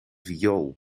viool